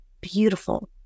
beautiful